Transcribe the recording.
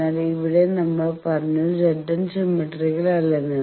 എന്നാൽ ഇവിടെ നമ്മൾ പറഞ്ഞു Zn സിമെട്രിക്കൽ അല്ലെന്ന്